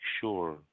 sure